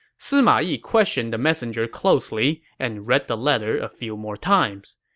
sima yi questioned the messenger closely and read the letter a few more times.